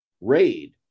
raid